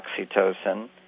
oxytocin